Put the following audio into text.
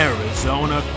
Arizona